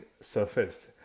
surfaced